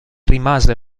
rimase